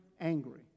angry